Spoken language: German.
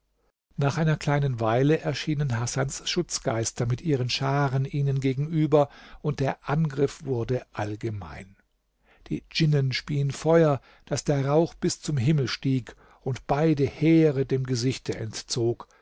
nach einer kleinen weile erschienen hasans schutzgeister mit ihren scharen ihnen gegenüber und der angriff wurde allgemein die djinnen spieen feuer daß der rauch bis zum himmel stieg und beide heere dem gesichte entzog